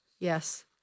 Yes